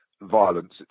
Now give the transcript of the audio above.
violence